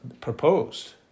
proposed